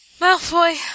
Malfoy